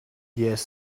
yeah